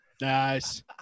nice